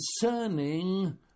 concerning